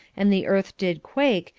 and the earth did quake,